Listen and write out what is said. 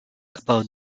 above